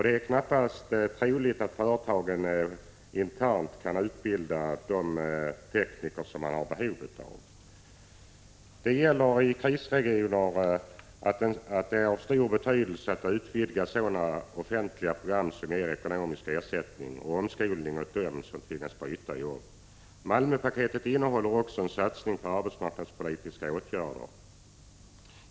Det är knappast troligt att företagen internt kan utbilda de tekniker som de har behov av. I krisregioner är det av stor betydelse att utvidga sådana offentliga program som ger ekonomisk ersättning och omskolning åt dem som tvingas byta jobb. Malmöpaketet innehåller också en satsning på arbetsmarknadspolitiska åtgärder.